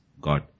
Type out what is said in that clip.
God